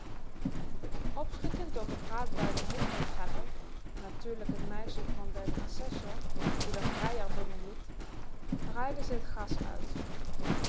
opschrikkende door gepraat bij de hintentreppe natuurlijk t meissie van den assessor die r vrijer binnenliet draaide ze t gas uit